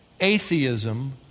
Atheism